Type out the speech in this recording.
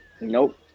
Nope